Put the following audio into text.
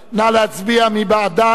נא להצביע, מי בעדה?